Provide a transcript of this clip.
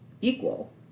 equal